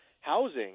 housing